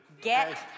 Get